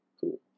cool